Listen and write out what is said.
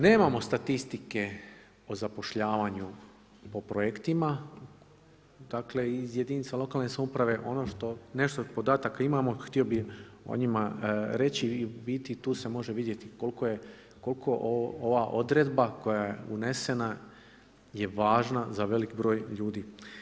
Nemamo statistike o zapošljavanju po projektima, dakle iz jedinica lokalne samouprave nešto podataka imamo, htio bi o njima reći i u biti tu se može vidjet koliko ova odredba koja je unesena je važna za velik broj ljudi.